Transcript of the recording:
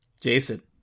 Jason